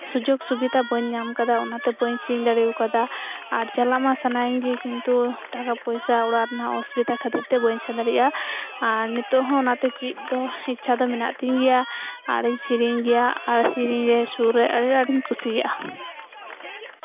ᱥᱩᱡᱳᱜ ᱥᱩᱵᱤᱫᱷᱟ ᱵᱟᱹᱧ ᱧᱟᱢ ᱠᱟᱫᱟ ᱚᱱᱟᱛᱮ ᱵᱟᱹᱧ ᱥᱮᱨᱮᱧ ᱫᱟᱲᱮ ᱟᱠᱟᱫᱟ ᱪᱟᱞᱟᱜ ᱢᱟ ᱥᱟᱱᱟᱭᱤᱧ ᱜᱮ ᱠᱤᱱᱛᱩ ᱴᱟᱠᱟ ᱯᱚᱭᱥᱟ ᱚᱲᱟᱜ ᱨᱮᱱᱟᱜ ᱚᱥᱩᱵᱤᱫᱷᱟ ᱠᱷᱟᱹᱛᱤᱨᱛᱮ ᱵᱟᱹᱧ ᱥᱮᱱ ᱫᱟᱲᱮᱭᱟᱜᱼᱟ ᱟᱨ ᱱᱤᱛᱚᱜ ᱫᱚ ᱪᱮᱫ ᱫᱚ ᱤᱪᱪᱷᱟ ᱫᱚ ᱢᱮᱱᱟᱜ ᱛᱤᱧ ᱜᱮᱭᱟ ᱟᱨᱤᱧ ᱥᱮᱨᱮᱧ ᱜᱮᱭᱟ ᱟᱨ ᱥᱮᱨᱮᱧᱨᱮ ᱥᱩᱨᱨᱮ ᱟᱹᱰᱤ ᱟᱸᱴᱤᱧ ᱠᱩᱥᱤᱭᱟᱜᱼᱟ